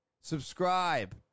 subscribe